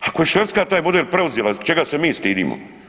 Ako je Švedska taj model preuzela, čega se mi stidimo?